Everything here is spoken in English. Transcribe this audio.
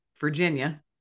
virginia